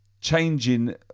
changing